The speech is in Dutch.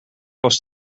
was